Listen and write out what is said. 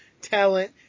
talent